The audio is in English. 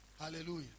Hallelujah